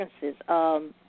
differences